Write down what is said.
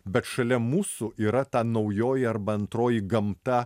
bet šalia mūsų yra ta naujoji arba antroji gamta